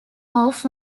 off